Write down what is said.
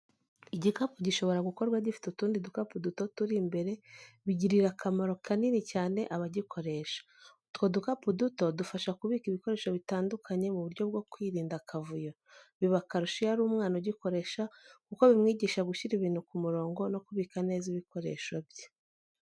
Igikapu gishobora gukorwa gifite utundi dukapu duto turi imbere, bigirira akamaro kanini cyane abagikoresha. Utwo dukapu duto dufasha kubika ibikoresho bitandukanye mu buryo bwo kwirinda akavuyo, biba akarusho iyo ari umwana ugikoresha kuko bimwigisha gushyira ibintu ku murongo no kubika neza ibikoresho bye.